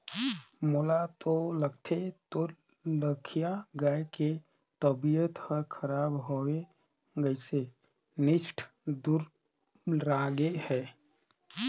मोला तो लगथे तोर लखिया गाय के तबियत हर खराब होये गइसे निच्च्ट दुबरागे हे